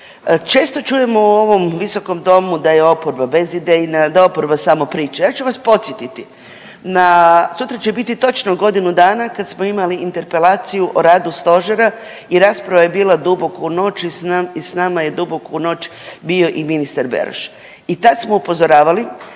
Često čujemo u ovom viskom domu da je oporbe bezidejna, da oporba samo priča. Ja ću vas podsjetiti na, sutra će biti točko godinu dana kad imali interpelaciju o radu stožera i rasprava je bila duboko u noć i s nama je duboko u noć bio i ministar Beroš i tad smo upozoravali,